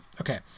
Okay